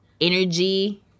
energy